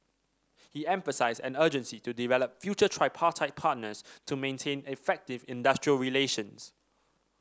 he emphasised an urgency to develop future tripartite partners to maintain effective industrial relations